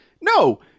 No